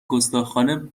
گستاخانه